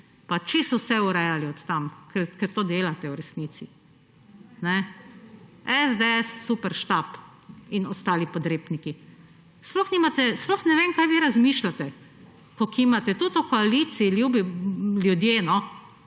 pa čisto vse urejali od tam. Ker to delate v resnici. SDS superštab in ostali podrepniki. Sploh ne vem, kaj vi razmišljate, ko kimate. Tudi v koaliciji, ljubi